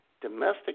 Domestic